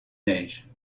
neige